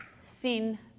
sin